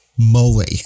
moly